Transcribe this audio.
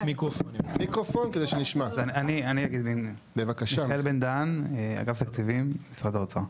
מיכאל בן דהן, אגף תקציבים, משרד האוצר.